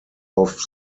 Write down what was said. off